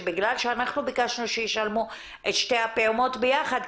בגלל שאנחנו ביקשנו שישלמו את שתי הפעימות ביחד,